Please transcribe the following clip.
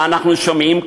מה אנחנו שומעים,